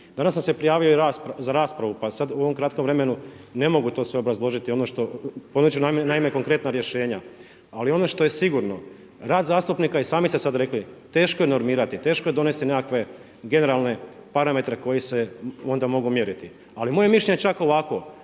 Danas sam se prijavio za raspravu pa sad u ovom kratkom vremenu ne mogu to sve obrazložiti ono što, ponudit ću naime konkretna rješenja. Ali ono što je sigurno rad zastupnika i sami ste sad rekli teško je normirati, teško je donesti nekakve generalne parametre koji se onda mogu mjeriti. Ali moje mišljenje je čak ovakvo,